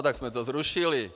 Tak jsme to zrušili.